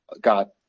got